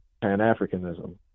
Pan-Africanism